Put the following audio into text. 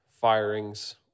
firings